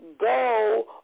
go